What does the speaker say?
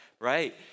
Right